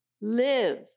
live